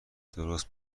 درست